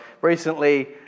recently